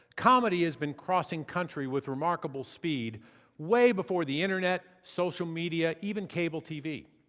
comedy has been crossing country with remarkable speed way before the internet, social media, even cable tv.